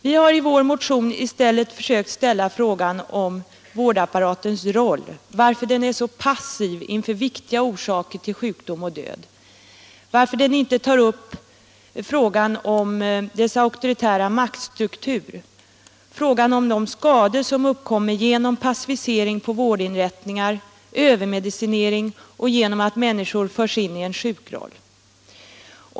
Vi har i vår motion i stället försökt diskutera frågan om vårdapparatens roll; varför den är så passiv inför viktiga orsaker till sjukdom och död; varför man inte tar upp frågan om dess auktoritära maktstruktur, frågan om de skador som uppkommer genom passivisering på vårdinrättningar, övermedicinering och genom att människor förs in i en sjukroll.